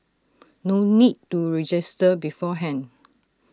no need to register beforehand